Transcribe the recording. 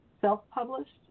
self-published